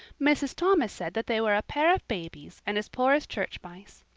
mrs. thomas said that they were a pair of babies and as poor as church mice.